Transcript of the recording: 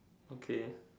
okay